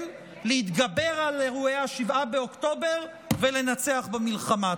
להתגבר על אירועי 7 באוקטובר ולנצח במלחמה.